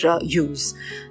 use